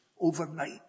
overnight